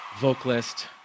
vocalist